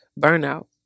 burnout